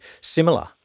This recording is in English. similar